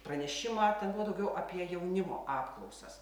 pranešimą ten buvo daugiau apie jaunimo apklausas